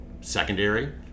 secondary